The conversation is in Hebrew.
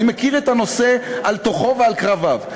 אני מכיר את הנושא על תוכו ועל קרביו.